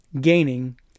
gaining